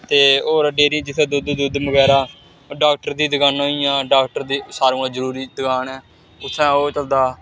ते होर डेरी जित्थें दुद्ध दद्ध बगैरा डाक्टर दी दकानां होई गेइयां डाक्टर दी सारें कोला जरूरी दकान ऐ उत्थें ओह् चलदा